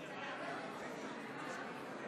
ההצבעה.